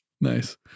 Nice